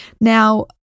Now